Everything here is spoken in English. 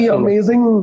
amazing